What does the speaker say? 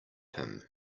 him